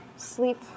sleep